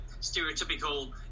stereotypical